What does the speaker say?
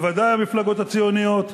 בוודאי המפלגות הציוניות,